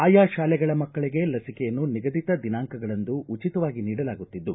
ಆಯಾ ತಾಲೆಗಳ ಮಕ್ಕಳಗೆ ಲಚಿಕೆಯನ್ನು ನಿಗದಿತ ದಿನಾಂಕಗಳಂದು ಉಚಿತವಾಗಿ ನೀಡಲಾಗುತ್ತಿದ್ದು